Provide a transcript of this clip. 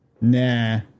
Nah